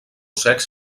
secs